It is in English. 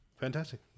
Fantastic